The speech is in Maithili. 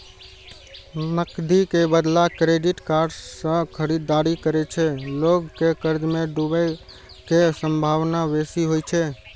नकदी के बदला क्रेडिट कार्ड सं खरीदारी करै सं लोग के कर्ज मे डूबै के संभावना बेसी होइ छै